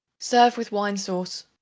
serve with wine sauce.